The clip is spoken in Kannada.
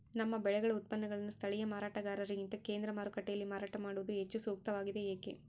ನಮ್ಮ ಬೆಳೆಗಳ ಉತ್ಪನ್ನಗಳನ್ನು ಸ್ಥಳೇಯ ಮಾರಾಟಗಾರರಿಗಿಂತ ಕೇಂದ್ರ ಮಾರುಕಟ್ಟೆಯಲ್ಲಿ ಮಾರಾಟ ಮಾಡುವುದು ಹೆಚ್ಚು ಸೂಕ್ತವಾಗಿದೆ, ಏಕೆ?